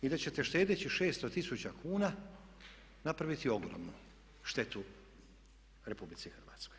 I da ćete štedeći 600 tisuća kuna napraviti ogromnu štetu RH.